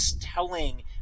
telling